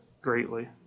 greatly